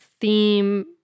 theme